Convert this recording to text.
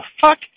fuck